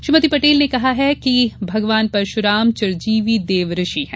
श्रीमती पटेल ने कहा है कि भगवान परशुराम चिरजीवी देव ऋषि हैं